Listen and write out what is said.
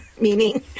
meaning